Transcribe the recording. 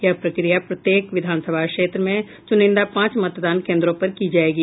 यह प्रक्रिया प्रत्येक विधानसभा क्षेत्र में चुनिंदा पांच मतदान केन्द्रों पर की जायेगी